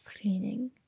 cleaning